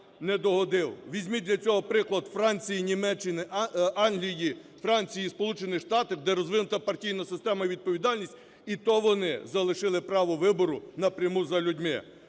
Візьміть для цього приклад Франції, Німеччини, Англії, Франції, Сполучених Штатів, де розвинута партійна система і відповідальність, і то вони залишили право вибору напряму за людьми.